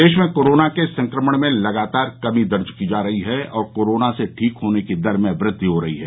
प्रदेश में कोरोना के संकमण में लगातार कमी दर्ज की जा रही है और कोरोना से ठीक होने की दर में ब्रद्धि हो रही है